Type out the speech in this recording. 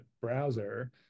browser